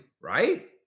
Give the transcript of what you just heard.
right